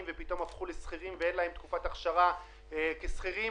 לשכירים ואין להם תקופת אכשרה כשכירים